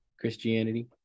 Christianity